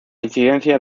incidencia